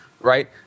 right